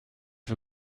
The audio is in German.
für